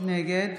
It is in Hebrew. נגד